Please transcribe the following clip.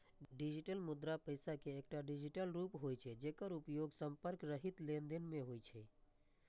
digital मुद्रा पैसा के एकटा डिजिटल रूप होइ छै, जेकर उपयोग संपर्क रहित लेनदेन मे होइ छै